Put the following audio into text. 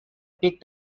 peak